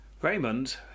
Raymond